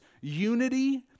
unity